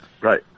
Right